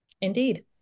indeed